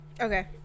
Okay